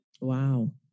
Wow